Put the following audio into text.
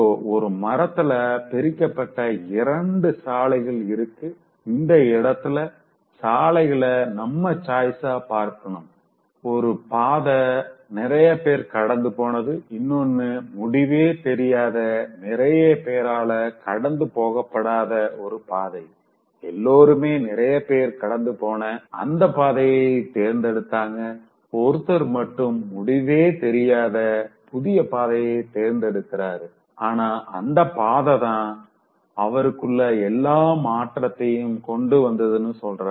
சோஒரு மரத்தால பிரிக்கப்பட்ட ரெண்டு சாலைகள் இருக்கு இந்த இடத்தில சாலைகள நம்ம choicesஆ பாக்கணும் ஒரு பாத நிறைய பேர் கடந்து போனது இன்னொன்னு முடிவே தெரியாத நிறையப் பேரால கடந்து போகபடாத ஒரு பாதை எல்லாருமே நிறைய பேர் கடந்து போன அந்த பாதையதா தேர்ந்தெடுத்தாங்க ஒருத்தர் மட்டும் முடிவு தெரியாத புதிய பாதைய தேர்ந்தெடுக்குறாருஆனா அந்தப் பாததா அவருக்குள்ள எல்லா மாற்றத்தையும் கொண்டு வந்ததுனு சொல்றார்